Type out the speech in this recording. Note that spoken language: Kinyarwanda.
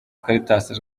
caritas